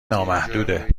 نامحدوده